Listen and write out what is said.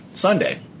sunday